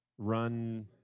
Run